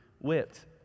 whipped